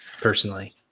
personally